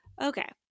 okay